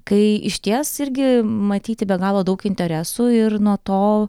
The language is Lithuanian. kai išties irgi matyti be galo daug interesų ir nuo to